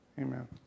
Amen